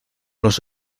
los